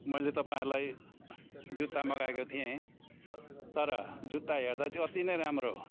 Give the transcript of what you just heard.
मैले तपाईँहरूलाई जुत्ता मगाएको थिएँ तर जुत्ता हेर्दा चाहिँ अति नै राम्रो